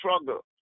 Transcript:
struggle